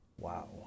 Wow